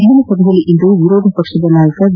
ವಿಧಾನಸಭೆಯಲ್ಲಿಂದು ವಿರೋಧ ಪಕ್ಷದ ನಾಯಕ ಬಿ